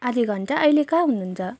आधी घण्टा अहिले कहाँ हुनु हुन्छ